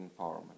Empowerment